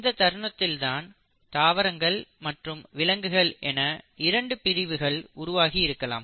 இந்த தருணத்தில்தான் தாவரங்கள் மற்றும் விலங்குகள் என்று இரண்டு பிரிவு உருவாகியிருக்கலாம்